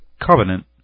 Covenant